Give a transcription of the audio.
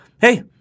Hey